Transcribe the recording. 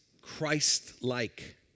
Christ-like